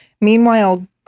meanwhile